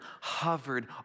hovered